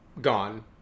gone